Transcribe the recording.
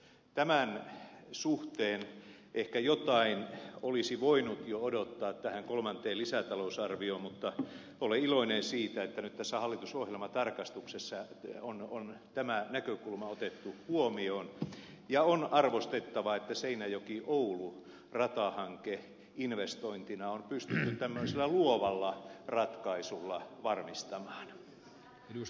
tämän suhteen ehkä jotain olisi voinut jo odottaa tähän kolmanteen lisätalousarvioon mutta olen iloinen siitä että nyt tässä hallitusohjelman tarkistuksessa on tämä näkökulma otettu huomioon ja on arvostettavaa että seinäjokioulu ratahanke investointina on pystytty tämmöisellä luovalla ratkaisulla varmistamaan